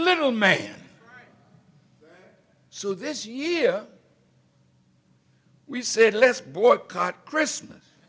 little man so this year we said let's boycott christmas